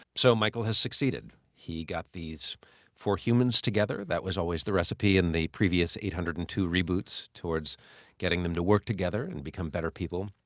so michael has succeeded. he got these four humans together. that was always the recipe in the previous eight hundred and two reboots towards getting them to work together and become better people.